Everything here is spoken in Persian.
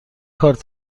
کارت